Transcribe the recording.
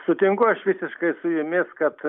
sutinku aš visiškai su jumis kad